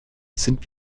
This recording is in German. sind